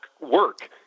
work